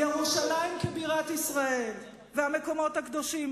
ירושלים כבירת ישראל והמקומות הקדושים